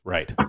Right